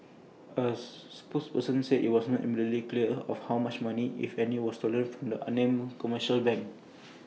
A spokesperson said IT was not immediately clear how much money if any was stolen from the unnamed commercial bank